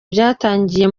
byatangiye